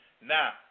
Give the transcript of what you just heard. Now